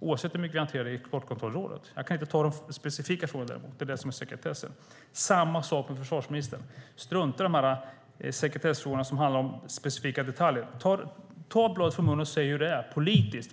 oavsett hur mycket vi hanterar det i Exportkontrollrådet. Jag kan dock inte ta de specifika frågorna. Det är det som är sekretessen. Det är samma sak för försvarsministern. Strunta i sekretessfrågorna som handlar om specifika detaljer! Ta bladet från munnen och säg hur det är politiskt!